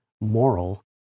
moral